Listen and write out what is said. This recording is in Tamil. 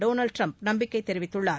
டோனால்டு ட்ரம்ப் நம்பிக்கை தெரிவித்துள்ளார்